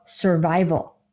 survival